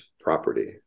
property